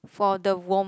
for the warmth